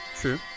True